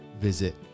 visit